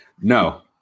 No